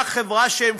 בצורה דמוקרטית.